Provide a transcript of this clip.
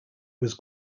was